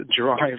drive